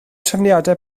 trefniadau